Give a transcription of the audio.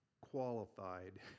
qualified